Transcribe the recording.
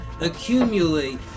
accumulate